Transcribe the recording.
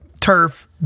turf